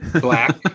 Black